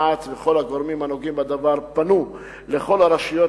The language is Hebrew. מע"צ וכל הגורמים הנוגעים בדבר פנו אל כל הרשויות